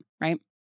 right